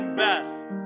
best